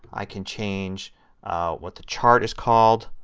i could change what the chart is called.